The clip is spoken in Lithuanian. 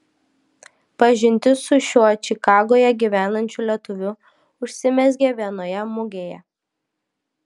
pažintis su šiuo čikagoje gyvenančiu lietuviu užsimezgė vienoje mugėje